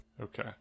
Okay